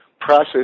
process